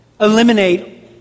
eliminate